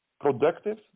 productive